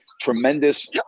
tremendous